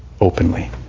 Openly